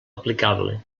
aplicable